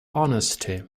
honesty